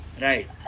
right